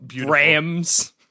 Rams